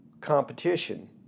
competition